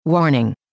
Warning